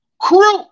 crew